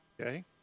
Okay